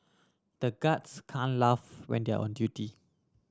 the guards can laugh when they are on duty